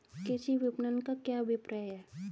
कृषि विपणन का क्या अभिप्राय है?